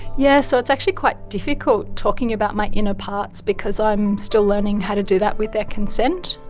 yes, so it's actually quite difficult talking about my inner parts because i am still learning how to do that with their consent,